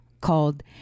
called